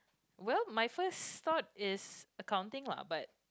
well my first thought is accounting lah but